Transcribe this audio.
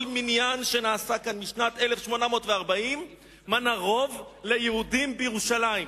כל מניין שנעשה כאן משנת 1840 מנה רוב ליהודים בירושלים,